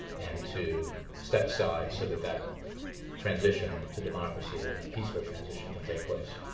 and to step aside so that that transition to democracy and a peaceful transition can take place.